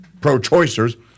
pro-choicers